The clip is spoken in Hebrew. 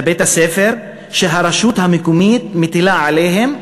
לבית-הספר שהרשות המקומית מטילה עליהם,